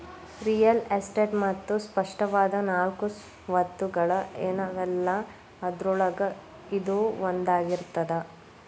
real estate ಮತ್ತ ಸ್ಪಷ್ಟವಾದ ನಾಲ್ಕು ಸ್ವತ್ತುಗಳ ಏನವಲಾ ಅದ್ರೊಳಗ ಇದೂ ಒಂದಾಗಿರ್ತದ